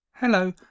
Hello